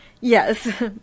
Yes